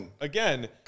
again